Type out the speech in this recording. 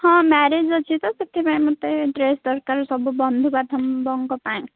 ହଁ ମ୍ୟାରେଜ୍ ଅଛି ତ ସେଥିପାଇଁ ମୋତେ ଡ୍ରେସ୍ ଦରକାର ସବୁ ବନ୍ଧୁବାନ୍ଧବଙ୍କ ପାଇଁ